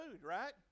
right